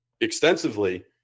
extensively